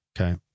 Okay